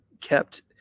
kept